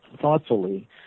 thoughtfully